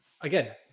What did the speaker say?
Again